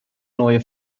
neue